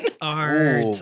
Art